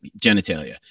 genitalia